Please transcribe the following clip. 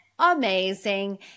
amazing